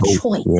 choice